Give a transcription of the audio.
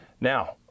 now